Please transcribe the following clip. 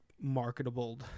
marketable